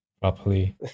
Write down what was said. properly